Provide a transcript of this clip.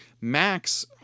Max